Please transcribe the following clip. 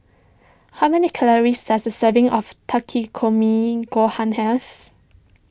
how many calories does a serving of Takikomi Gohan have